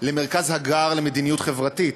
למרכז הגר למדיניות חברתית,